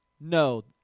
no